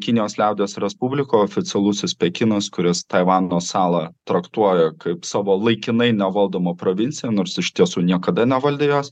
kinijos liaudies respublika oficialusis pekinas kuris taivano salą traktuoja kaip savo laikinai nevaldoma provincijom nors iš tiesų niekada nevaldė jos